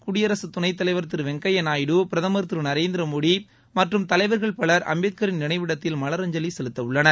குடியரகத்துணைத்தலைவர் திரு வெங்கய்யாநாயுடு பிரதமர் திரு நரேந்திரமோடி மற்றும் தலைவர்கள் பலர் அம்பேத்கரின் நினைவிடத்தில் மலரஞ்சலி செலுத்தவுள்ளனர்